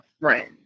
friend